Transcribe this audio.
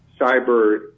cyber